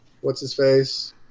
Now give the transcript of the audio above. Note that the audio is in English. what's-his-face